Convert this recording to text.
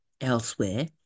elsewhere